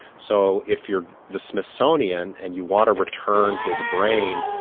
so if you're the smithsonian and you want to return his brain,